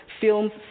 films